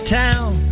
town